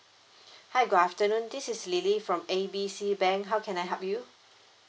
hi good afternoon this is lily from A B C bank how can I help you